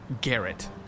Garrett